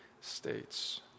states